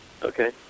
Okay